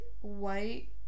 white